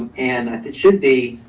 and it should be,